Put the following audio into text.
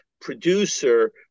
producer